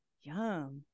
yum